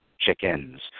chickens